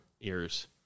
ears